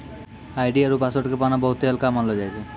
ID आरु password के पाना बहुते हल्का मानलौ जाय छै